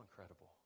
incredible